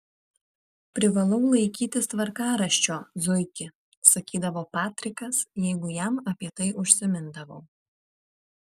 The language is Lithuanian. privalau laikytis tvarkaraščio zuiki sakydavo patrikas jeigu jam apie tai užsimindavau